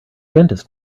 dentist